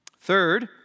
Third